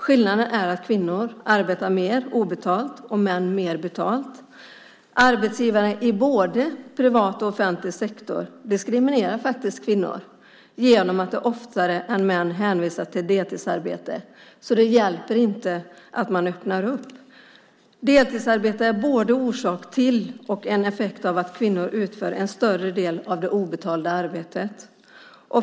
Skillnaden är att kvinnor arbetar mer obetalt och män mer betalt. Arbetsgivarna, både i privat och i offentlig sektor, diskriminerar kvinnor genom att dessa oftare än män hänvisas till deltidsarbete. Här hjälper det alltså inte med några öppningar. Deltidsarbete är både orsak till och en effekt av att kvinnor utför en större del av det obetalda arbetet.